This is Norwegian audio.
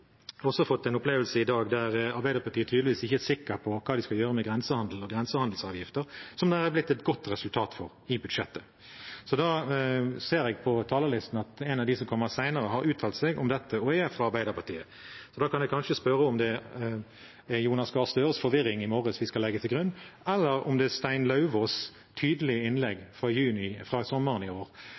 også opplevd i dag at Arbeiderpartiet tydeligvis ikke er sikre på hva de skal gjøre med grensehandelen og grensehandelsavgifter, som det er blitt et godt resultat for i budsjettet. Jeg ser av talerlisten at en av dem som kommer senere, har uttalt seg om dette, og er fra Arbeiderpartiet, så da kan jeg kanskje spørre om det er Jonas Gahr Støres forvirring i morges vi skal legge til grunn, eller om det er Stein Erik Lauvås’ tydelige innlegg fra